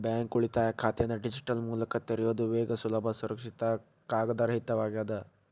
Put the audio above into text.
bank ಉಳಿತಾಯ ಖಾತೆನ digital ಮೂಲಕ ತೆರಿಯೋದ್ ವೇಗ ಸುಲಭ ಸುರಕ್ಷಿತ ಕಾಗದರಹಿತವಾಗ್ಯದ